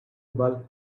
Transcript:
bulk